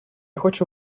хочу